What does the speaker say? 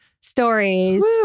stories